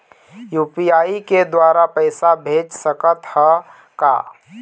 UPI के द्वारा पैसा भेज सकत ह का?